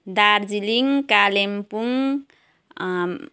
Darjeeling Kalimpong